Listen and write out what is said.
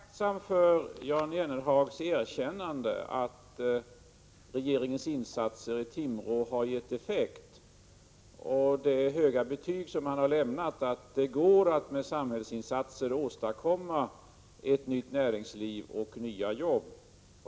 Herr talman! Jag är tacksam för Jan Jennehags erkännande att regeringens insatser i Timrå har gett effekt och för det höga betyg som han har utfärdat, att det går att med samhällsinsatser åstadkomma ett nytt näringsliv och nya jobb.